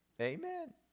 Amen